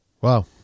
Wow